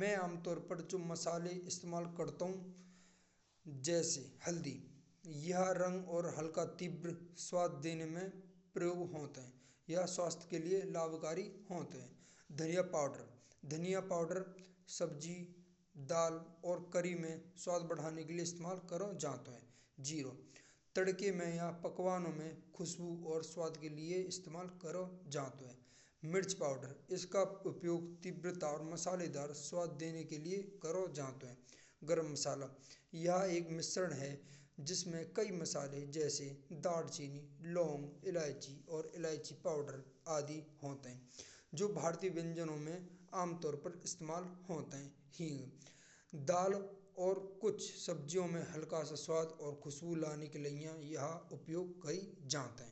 मैं आमतौर पर जो मसाले इस्तेमाल करतो हूँ जैसे हल्दी यह रंग और हल्की तेज़ स्वाद देने में प्रयोग होत है यह स्वास्थ्य के लिए लाभकारी होत है। धनिया पाउडर सब्जी दाल और कढ़ी में स्वाद बढ़ाने के लिए इस्तेमाल करो जातो है। जीरा तड़के में या पकवानों में खुशबू और स्वाद के लिए इस्तेमाल करो जातो है। मिर्च पाउडर इसका उपयोग तीव्रता और मसालेदार स्वाद देने के लिए करो जातो है। गरम मसाला यह एक मिश्रण है जिसमें कई मसाले जैसे दालचीनी, लौंग, इलायची और इलायची पाउडर आदि होत है। जो भारतीय व्यंजन में इस्तेमाल होत है। हींग दाल और कुछ सब्जियों में हल्का सा स्वाद और खुशबू लाने के लिए यह उपयोग कई जात है।